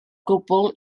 gwbl